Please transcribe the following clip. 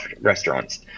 restaurants